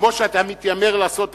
כמו שאתה מתיימר לעשות עכשיו,